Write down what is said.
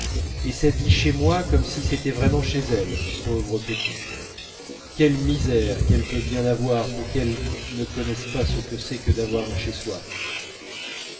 et ça dit chez moi comme si c'était vraiment chez elle pauvre petite quelle misère qu'elle peut bien avoir pour qu'elle ne connaisse pas ce que c'est que d'avoir un